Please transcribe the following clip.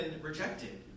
rejected